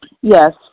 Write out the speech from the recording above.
Yes